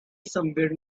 somewhere